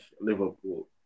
Liverpool